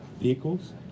vehicles